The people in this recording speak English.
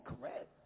correct